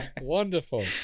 Wonderful